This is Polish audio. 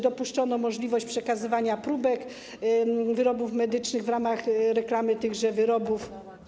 Dopuszczono także możliwość przekazywania próbek wyrobów medycznych w ramach reklamy tychże wyrobów.